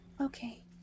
Okay